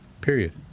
Period